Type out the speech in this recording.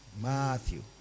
Matthew